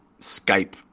skype